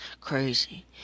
crazy